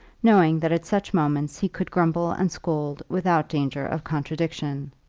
knowing that at such moments he could grumble and scold without danger of contradiction.